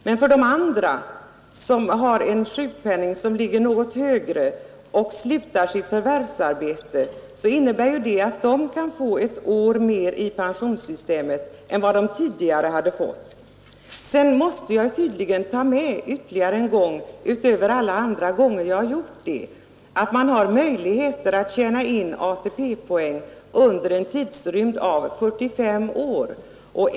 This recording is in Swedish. Men för de andra, som har en sjukpenning som ligger något högre och som slutar sitt förvärvsarbete, innebär ju detta att de kan få ett år mer i pensionssystemet än de tidigare hade fått. Sedan måste jag tydligen än en gång påpeka, utöver alla de gånger jag redan gjort det, att man har möjlighet att tjäna in ATP-poäng under en tidrymd av 45 år.